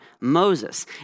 Moses